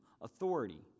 authority